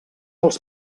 els